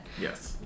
Yes